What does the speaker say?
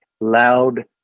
Loud